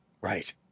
Right